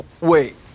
Wait